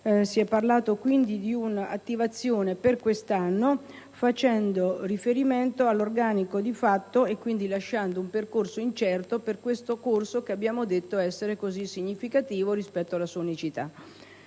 si è parlato di un'attivazione per quest'anno, facendo riferimento all'organico di fatto e quindi lasciando il percorso incerto per questo corso che abbiamo detto essere così significativo rispetto alla sua unicità.